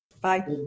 Bye